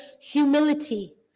humility